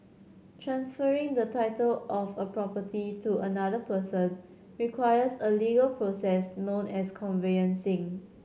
transferring the title of a property to another person requires a legal process known as conveyancing